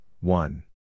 one